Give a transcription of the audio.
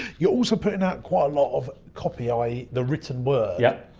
you're also putting out quite a lot of copy, i e. the written word. yep.